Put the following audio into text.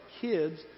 kids